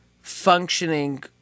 functioning